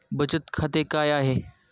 बचत खाते काय आहे?